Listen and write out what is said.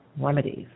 remedies